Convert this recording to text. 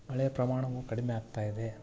ಮಳೆಯ ಪ್ರಮಾಣವು ಕಡಿಮೆ ಆಗ್ತಾ ಇದೆ